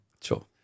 Sure